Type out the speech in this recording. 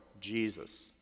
Jesus